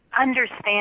understand